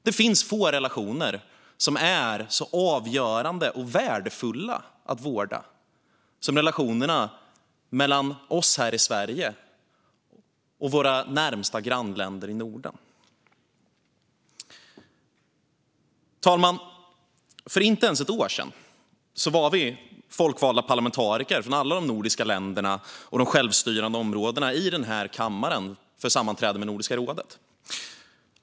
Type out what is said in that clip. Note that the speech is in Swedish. Det finns få relationer som är så avgörande och värdefulla att vårda som relationerna mellan oss här i Sverige och våra närmaste grannländer i Norden. Herr talman! För inte ens ett år sedan deltog jag tillsammans med folkvalda parlamentariker från alla de nordiska länderna och de självstyrande områdena i Nordiska rådets sammanträde i den här kammaren.